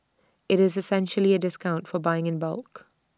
IT is essentially A discount for buying in bulk